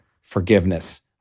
forgiveness